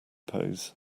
pose